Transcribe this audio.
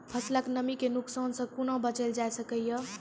फसलक नमी के नुकसान सॅ कुना बचैल जाय सकै ये?